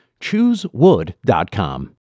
ChooseWood.com